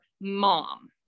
mom